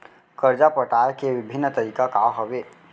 करजा पटाए के विभिन्न तरीका का हवे?